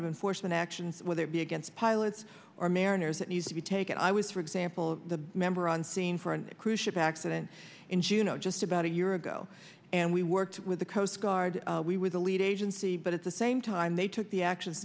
of enforcement action whether it be against pilots or mariners that needs to be taken i was for example a member on scene for a cruise ship accident in juneau just about a year ago and we worked with the coast guard we were the lead agency but at the same time they took the actions